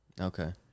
Okay